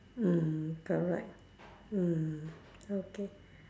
mm correct mm okay